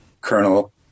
colonel